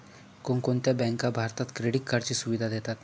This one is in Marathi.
कोणकोणत्या बँका भारतात क्रेडिट कार्डची सुविधा देतात?